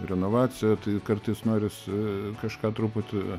renovacija tai kartais norisi kažką truputį